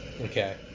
Okay